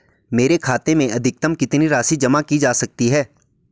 मेरे खाते में अधिकतम कितनी राशि जमा की जा सकती है?